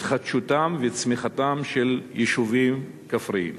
התחדשותם וצמיחתם של יישובים כפריים,